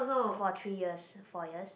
for three years four years